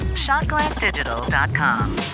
shotglassdigital.com